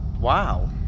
Wow